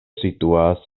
situas